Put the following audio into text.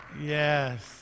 Yes